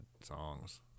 songs